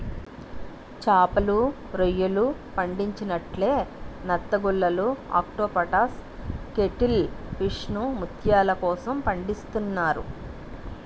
చేపలు, రొయ్యలు పండించినట్లే నత్తగుల్లలు ఆక్టోపస్ కేటిల్ ఫిష్లను ముత్యాల కోసం పండిస్తున్నారు